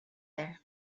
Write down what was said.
there